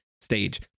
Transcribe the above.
stage